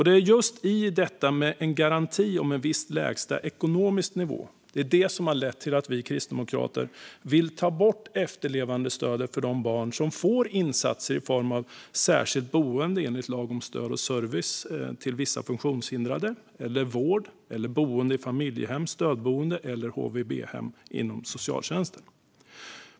Det är just detta med en garanti om en viss lägsta ekonomisk nivå som har lett till att vi kristdemokrater vill ta bort efterlevandestödet för de barn som får insatser i form av särskilt boende enligt lagen om stöd och service till vissa funktionshindrade eller vård eller boende i familjehem, stödboende eller HVB-hem inom socialtjänsten.